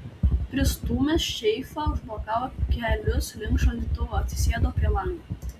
pristūmęs seifą užblokavo kelius link šaldytuvo atsisėdo prie lango